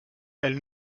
elle